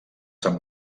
sant